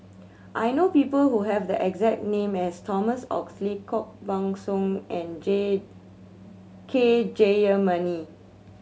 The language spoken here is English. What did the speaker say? I know people who have the exact name as Thomas Oxley Koh Buck Song and J K Jayamani